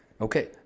Okay